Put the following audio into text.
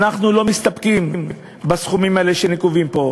אנחנו לא מסתפקים בסכומים האלה שנקובים פה,